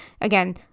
again